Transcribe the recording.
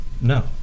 No